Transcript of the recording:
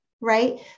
right